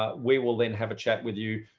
ah we will then have a chat with you.